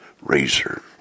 Razor